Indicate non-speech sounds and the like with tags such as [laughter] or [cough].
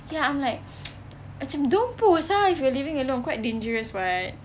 ya I'm like [noise] macam don't post lah if you're living alone quite dangerous [what]